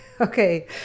okay